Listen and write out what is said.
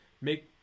make